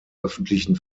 öffentlichen